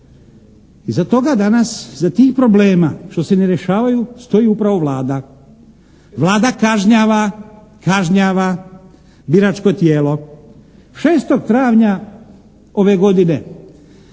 Iza toga danas, iza tih problema što se ne rješavaju stoji upravo Vlada. Vlada kažnjava biračko tijelo. 6. travnja ove godine,